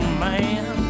man